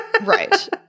right